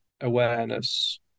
awareness